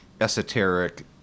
esoteric